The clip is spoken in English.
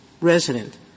resident